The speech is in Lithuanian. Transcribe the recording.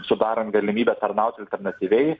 sudarant galimybę tarnauti alternatyviai